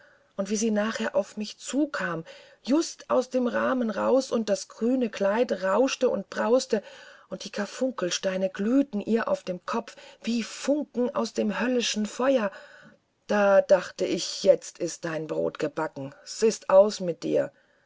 und wie sie nachher auf mich zukam just aus dem rahmen raus und das grüne kleid rauschte und brauste und die karfunkelsteine glühten ihr auf dem kopfe wie funken aus dem höllischen feuer da dachte ich jetzt ist dein brot gebacken s ist aus mit dir